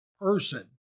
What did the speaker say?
person